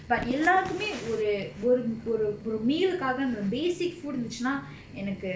but எல்லார்க்குமே ஒரு ஒரு ஒரு ஒரு:ellaarkume oru oru oru oru meal காக ஒரு:kaaga oru basic food இருந்திச்சினா எனக்கு:irundhichina enakku